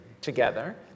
together